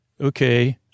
Okay